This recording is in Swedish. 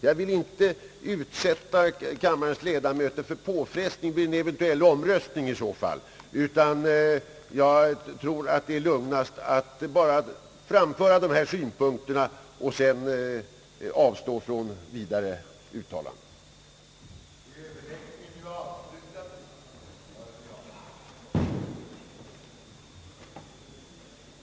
Jag vill inte utsätta kammarens ledamöter för påfrestningar vid en eventuell omröstning utan tror att det är lugnast att jag bara framför mina synpunkter. lydelse av författningstext än enligt utskottets förslag, dock icke angående det andrahandsyrkande som ställts av herr Werner och som förutsatte, att beslut först fattats i fråga om viss utredning m.m. Därefter komme, fortsatte herr talmannen, att upptagas de yrkanden, som ställts om skrivelser till Kungl. Maj:t, inberäknat herr Werners förstahandsyrkande. Efter att vidare ha upptagit också herr Werners andrahandsyrkande, som avsåge lagtexten, komme, anförde herr talmannen, propositioner slutligen att framställas på utskottets hemställan i vad den ej förut berörts.